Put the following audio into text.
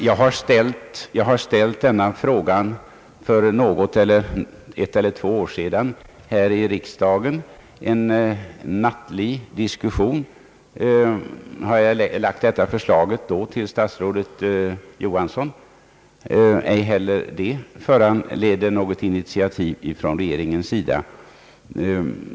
Jag riktade detta förslag även till statsrådet Johansson under en nattlig diskussion för ett eller två år sedan här i kammaren. Inte heller det föranledde något initiativ från regeringens sida.